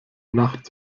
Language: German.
nacht